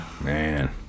Man